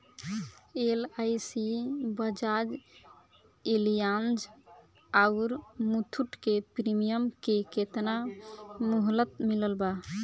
LIC Bajaj Allianz आउर मुथूट के premium के केतना मुहलत मिलल बा?